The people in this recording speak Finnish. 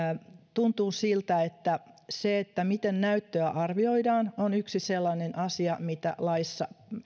tuntuu siltä että se että miten näyttöä arvioidaan on yksi sellainen asia mitä laissa